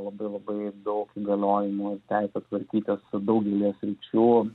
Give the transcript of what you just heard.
labai labai daug įgaliojimų teisę tvarkytis daugelyje sričių